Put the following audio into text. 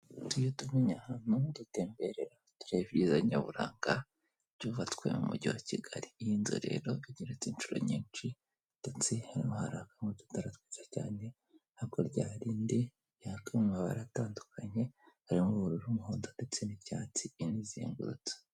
Iyo tubonye ahantu dutemberera tureba ibyiza nyaburanga byubatswe mu mujyi wa Kigali, iyi nzu rero igeretse inshuro nyinshi ndetse hari a akamutotaratwiza cyane haku ryarindi yatu baratandukanye harimo ubururu umuhondo ndetse n'icyatsi inizengurutse.